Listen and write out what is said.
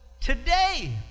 Today